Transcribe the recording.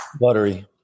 Buttery